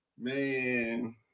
Man